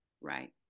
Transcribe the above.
right